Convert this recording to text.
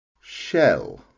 Shell